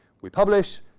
we publish.